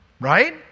Right